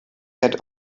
had